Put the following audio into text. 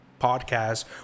podcast